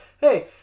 hey